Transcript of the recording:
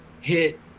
hit